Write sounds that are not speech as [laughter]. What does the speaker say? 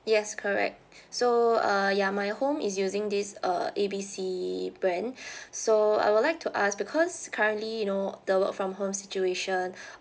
yes correct so uh ya my home is using this uh A B C brand [breath] so I would like to ask because currently you know the work from home situation [breath]